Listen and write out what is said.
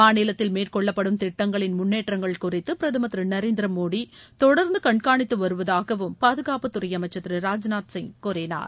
மாநிலத்தில் மேற்கொள்ளப்படும் திட்டங்களின் முன்னேற்றங்கள் குறித்து பிரதமர் திரு நரேந்திர மோடி தொடர்ந்து கண்காணித்து வருவதாகவும் பாதுகாப்புத்துறை அமைச்சர் திர ராஜ்நாத் சிங் கூறினார்